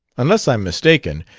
unless i'm mistaken,